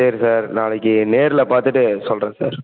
சரி சார் நாளைக்கு நேரில் பார்த்துட்டு சொல்கிறேன் சார்